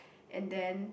and then